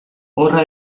horra